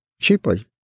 cheaply